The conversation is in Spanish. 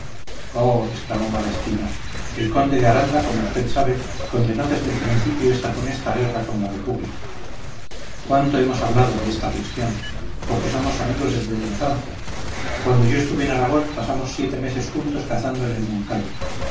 no haberla emprendido oh exclamó malespina el conde de aranda como usted sabe condenó desde el principio esta funesta guerra con la república cuánto hemos hablado de esta cuestión porque somos amigos desde la infancia cuando yo estuve en aragón pasamos siete meses juntos cazando en el moncayo